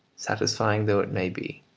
satisfying though it may be,